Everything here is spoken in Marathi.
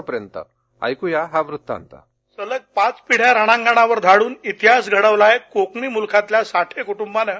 त्याबाबतचा हा वृत्तांत सलग पाच पिढ्या रणांगणावर धाडून इतिहास घडवला आहे कोकणी मुलखातल्या साठे कुटुंबानं